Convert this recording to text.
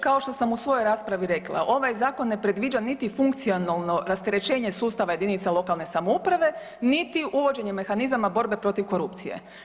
Kao što sam u svojoj raspravi rekla, ovaj zakon ne predviđa niti funkcionalno rasterećenje sustava jedinice lokalne samouprave niti uvođenje mehanizama borbe protiv korupcije.